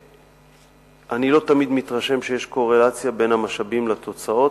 אני לא תמיד מתרשם שיש קורלציה בין המשאבים לתוצאות,